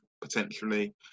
potentially